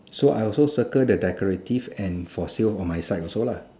so I also circle the decorative and for sale on my side also lah